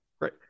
Right